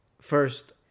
first